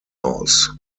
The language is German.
aus